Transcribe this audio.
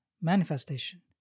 manifestation